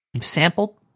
sampled